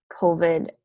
COVID